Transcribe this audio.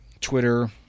Twitter